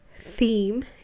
theme